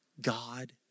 God